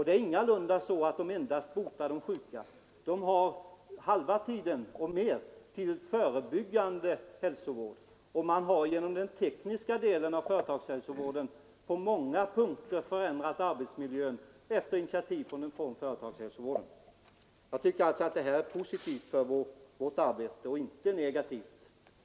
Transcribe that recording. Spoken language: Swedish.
Det är ingalunda så att man endast ägnar sig åt att bota de sjuka. Halva tiden eller mer går åt till förebyggande hälsovård, och genom den tekniska delen av företagshälsovården har man på många punkter lyckats förändra arbetsmiljön. Jag tycker alltså detta är positivt för vårt arbete.